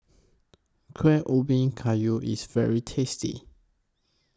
Kuih Ubi Kayu IS very tasty